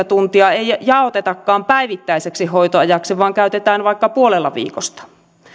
tuntia ei jaotetakaan päivittäiseksi hoitoajaksi vaan käytetään vaikka puolella viikosta